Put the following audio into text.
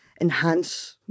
enhance